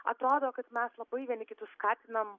atrodo kad mes labai vieni kitus skatinam